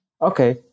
okay